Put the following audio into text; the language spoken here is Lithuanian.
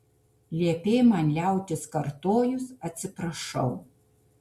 liepei man liautis kartojus atsiprašau